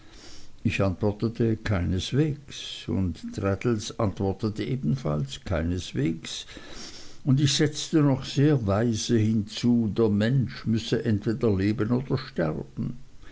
ich antwortete keineswegs und traddles antwortete ebenfalls keineswegs und ich setzte noch sehr weise hinzu der mensch müsse entweder leben oder sterben